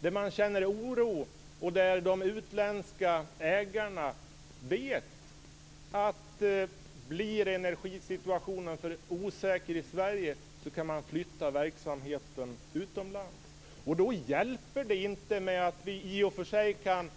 Där känner man oro, och de utländska ägarna vet att om energisituationen i Sverige blir för osäker kan de flytta verksamheten utomlands. Då hjälper det inte att vi kan